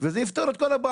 זה יפתור את כל הבעיה.